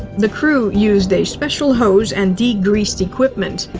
the crew used a special hose and degreased equipment.